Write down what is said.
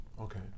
Okay